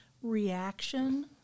Reaction